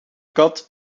kat